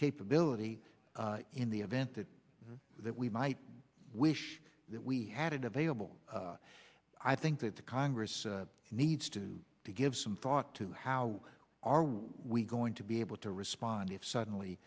capability in the event that that we might wish that we had it available i think that the congress needs to do to give some thought to how are we going to be able to respond if suddenly